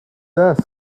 desk